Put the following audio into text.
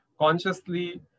consciously